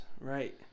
Right